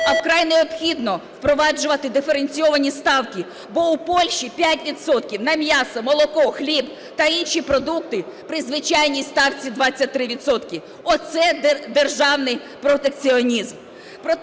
А вкрай необхідно впроваджувати диференційовані ставки, бо у Польщі 5 відсотків на м'ясо, молоко, хліб на інші продукти при звичайній ставці 23 відсотки. Оце державний протекціонізм.